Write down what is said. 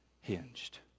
hinged